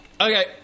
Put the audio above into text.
Okay